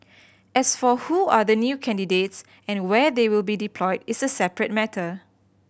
as for who are the new candidates and where they will be deployed is a separate matter